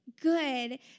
good